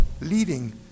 leading